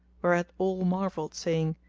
whereat all marvelled, saying,